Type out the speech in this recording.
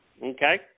Okay